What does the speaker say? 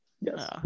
yes